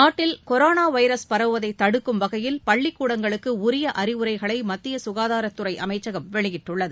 நாட்டில் corona virus பரவுவதை தடுக்கும் வகையில் பள்ளிக்கூடங்களுக்கு உரிய அறிவுரைகளை மத்திய சுகாதாரத் துறை அமைச்சகம் வெளியிட்டுள்ளது